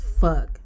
fuck